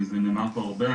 זה נאמר פה הרבה,